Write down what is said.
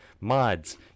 Mods